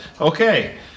Okay